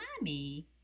mommy